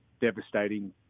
devastating